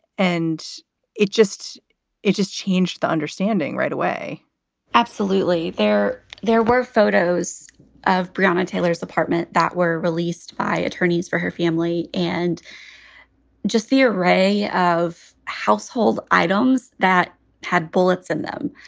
and it just it just changed the understanding right away absolutely. there there were photos of brianna taylor's apartment that were released by attorneys for her family and just the array of household items that had bullets in them,